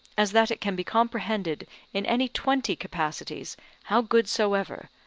as that it can be comprehended in any twenty capacities how good soever,